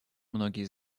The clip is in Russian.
многие